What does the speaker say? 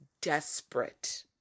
desperate